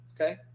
okay